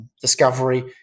discovery